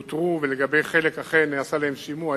הם אותרו ולחלק אכן נעשה שימוע,